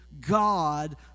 God